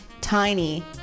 tiny